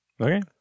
Okay